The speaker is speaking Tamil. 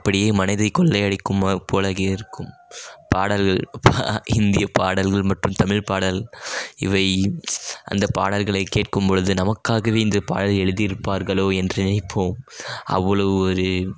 அப்படியே மனதை கொள்ளை அடிக்கும் போலவே இருக்கும் பாடல் இந்திய பாடல்கள் மற்றும் தமிழ் பாடல் இவை அந்த பாடல்கள் கேட்கும்பொழுது நமக்காகவே இந்த பாடல் எழுதி இருப்பார்களோ என்று நினைப்போம் அவ்வளோ ஒரு